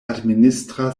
administra